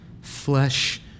Flesh